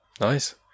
Nice